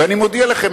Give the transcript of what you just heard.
ואני מודיע לכם,